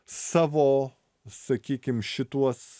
savo sakykim šituos